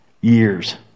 years